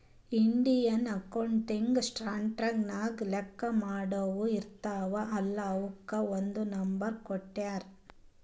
Indian accounting standard ನಾಗ್ ಲೆಕ್ಕಾ ಮಾಡಾವ್ ಇರ್ತಾವ ಅಲ್ಲಾ ಅವುಕ್ ಒಂದ್ ನಂಬರ್ ಕೊಟ್ಟಾರ್